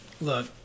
look